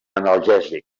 analgèsic